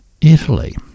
Italy